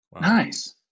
Nice